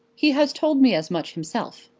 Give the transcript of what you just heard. he has told me as much himself.